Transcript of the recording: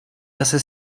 zase